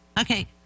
Okay